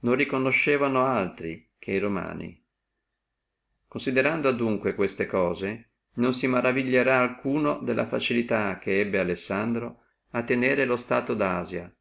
non riconoscevano se non e romani considerato adunque tutte queste cose non si maraviglierà alcuno della facilità ebbe alessandro a tenere lo stato di asia